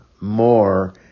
more